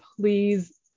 please